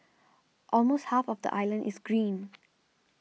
almost half of the island is green